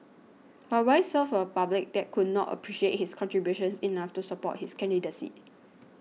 but why serve a public that could not appreciate his contributions enough to support his candidacy